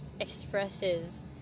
expresses